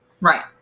Right